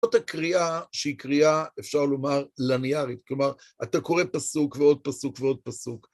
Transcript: זאת הקריאה שהיא קריאה, אפשר לומר, לניירית, כלומר, אתה קורא פסוק ועוד פסוק ועוד פסוק.